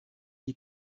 dis